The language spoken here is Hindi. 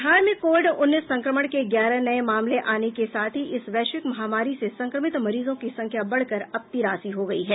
बिहार में कोविड उन्नीस संक्रमण के ग्यारह नये मामले आने के साथ ही इस वैश्विक महामारी से संक्रमित मरीजों की संख्या बढ़कर अब तिरासी हो गयी है